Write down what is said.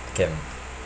camp